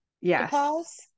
Yes